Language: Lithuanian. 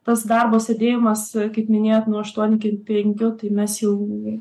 tas darbo sėdėjimas kaip minėjot nuo aštuonių iki penkių tai mes jau